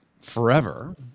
forever